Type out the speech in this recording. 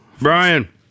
Brian